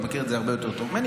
אתה מכיר את זה יותר טוב ממני.